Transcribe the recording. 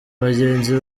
bagenzi